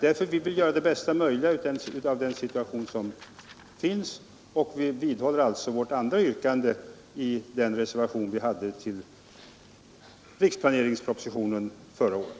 Därför vill jag göra det bästa möjliga av situationen och vidhåller alltså vårt andra yrkande i den reservation vi hade till riksplaneringspropositionen förra året.